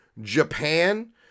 Japan